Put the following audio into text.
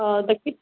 ओह तो कित